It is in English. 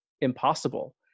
impossible